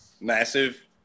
massive